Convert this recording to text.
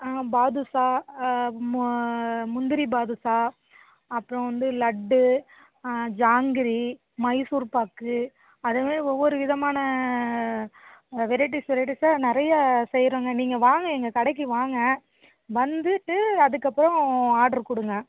பாதுஸா முந்திரி பாதுஸா அப்புறம் வந்து லட்டு ஜாங்கிரி மைசூர்பாக்கு அதேமாதிரி ஒவ்வொரு விதமான வெரைட்டிஸ் வெரைட்டீஸாக நிறையா செய்கிறோங்க நீங்கள் வாங்க எங்கள் கடைக்கு வாங்க வந்துட்டு அதுக்கப்புறம் ஆட்ரு கொடுங்க